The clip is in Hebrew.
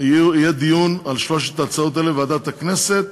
יהיה דיון על שלוש ההצעות האלה בוועדת הכנסת,